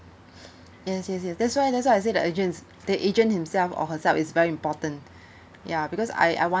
yes yes yes that's why that's why I say the agents the agent himself or herself is very important ya because I I on~